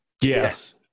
Yes